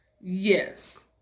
Yes